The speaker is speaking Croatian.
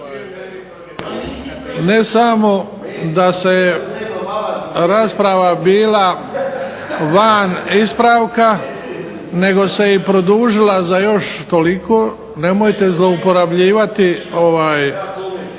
Ne samo da je rasprava bila van ispravka nego se i produžila za još toliko. Nemojte zlouporabljivati…